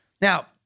Now